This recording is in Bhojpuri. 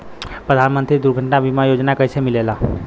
प्रधानमंत्री दुर्घटना बीमा योजना कैसे मिलेला?